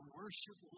worship